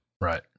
Right